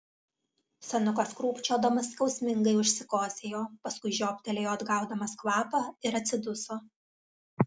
senukas krūpčiodamas skausmingai užsikosėjo paskui žioptelėjo atgaudamas kvapą ir atsiduso